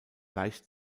leicht